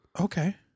Okay